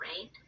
right